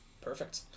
Perfect